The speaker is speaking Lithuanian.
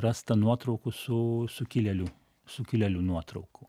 rasta nuotraukų su sukilėlių sukilėlių nuotraukų